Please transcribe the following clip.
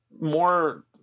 more